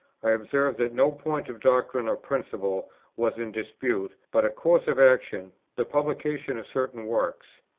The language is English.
i observe that no point of doctrine or principle was in dispute, but a course of action, the publication of certain works.